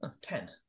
ten